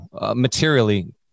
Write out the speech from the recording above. materially